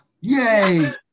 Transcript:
Yay